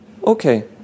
Okay